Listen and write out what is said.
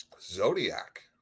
Zodiac